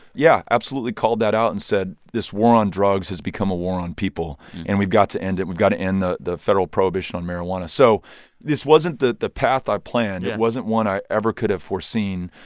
yeah, absolutely called that out and said, this war on drugs has become a war on people, and we've got to end it. we've got to end the the federal prohibition on marijuana. so this wasn't the the path i planned. it wasn't one i ever could have foreseen,